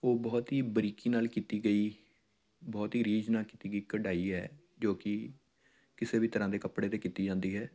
ਉਹ ਬਹੁਤ ਹੀ ਬਰੀਕੀ ਨਾਲ ਕੀਤੀ ਗਈ ਬਹੁਤ ਹੀ ਰੀਝ ਨਾਲ ਕੀਤੀ ਗਈ ਕਢਾਈ ਹੈ ਜੋ ਕਿ ਕਿਸੇ ਵੀ ਤਰ੍ਹਾਂ ਦੇ ਕੱਪੜੇ 'ਤੇ ਕੀਤੀ ਜਾਂਦੀ ਹੈ